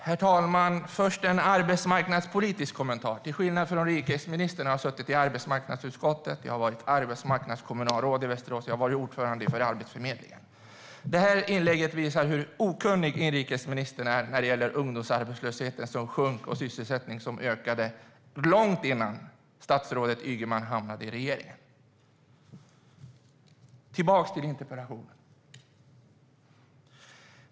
Herr talman! Först en arbetspolitisk kommentar: Till skillnad från inrikesministern har jag suttit i arbetsmarknadsutskottet, jag har varit arbetsmarknadskommunalråd i Västerås och jag har varit ordförande för arbetsförmedlingen. Inrikesministerns inlägg visar hur okunnig han är när det gäller ungdomsarbetslösheten. Den sjönk och sysselsättningen ökade långt innan statsrådet Ygeman hamnade i regeringen. Jag går nu tillbaka till interpellationen.